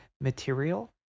material